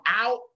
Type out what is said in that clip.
out